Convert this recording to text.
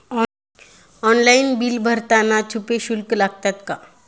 Online bill भरताना छुपे शुल्क लागतात का?